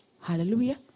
Hallelujah